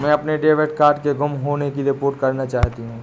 मैं अपने debit card के गुम होने की रिपोर्ट करना चाहती हूँ